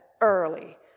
early